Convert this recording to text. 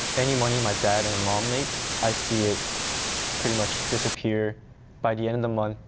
any money my dad and mom makes, i see it pretty much disappear by the and and month,